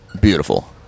beautiful